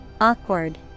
Awkward